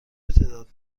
تعداد